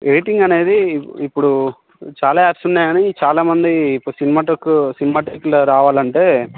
editing అనేది ఇప్పుడు చాలా యాప్స్ ఉన్నాయి కానీ చాలా మంది ఒక సినిమాటిక్ సినిమాటిక్లో రావాలంటే